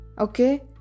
Okay